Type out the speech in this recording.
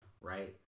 Right